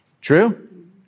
True